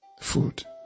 food